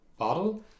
bottle